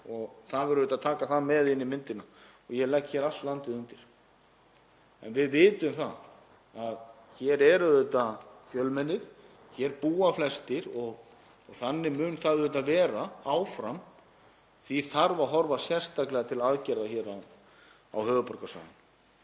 Það verður að taka það með inn í myndina og ég legg hér allt landið undir. En við vitum að hér er auðvitað fjölmennið, hér búa flestir og þannig mun það vera áfram. Því þarf að horfa sérstaklega til aðgerða á höfuðborgarsvæðinu.